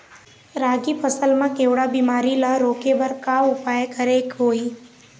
रागी फसल मा केवड़ा बीमारी ला रोके बर का उपाय करेक होही?